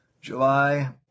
July